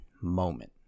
moment